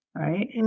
right